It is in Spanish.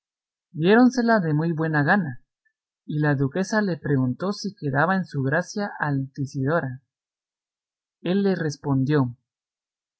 reales palacios diéronsela de muy buena gana y la duquesa le preguntó si quedaba en su gracia altisidora él le respondió